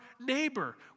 neighbor